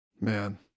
Man